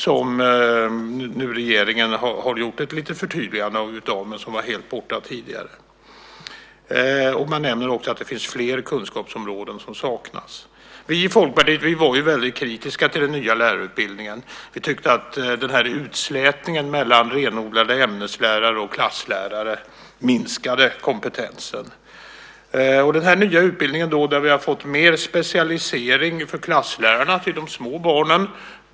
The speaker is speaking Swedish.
Där har regeringen nu gjort ett litet förtydligande, men det var helt borta tidigare. Man nämner också att det finns fler kunskapsområden som saknas. Vi i Folkpartiet var väldigt kritiska till den nya lärarutbildningen. Vi tyckte att utslätningen mellan renodlade ämneslärare och klasslärare minskade kompetensen. Den nya utbildningen innebär att vi har fått mer specialisering för klasslärarna som undervisar de små barnen.